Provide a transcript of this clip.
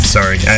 Sorry